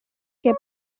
que